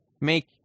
make